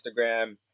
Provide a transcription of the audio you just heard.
Instagram